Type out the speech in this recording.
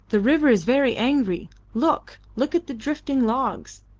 the river is very angry. look! look at the drifting logs!